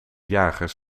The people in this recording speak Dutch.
jagers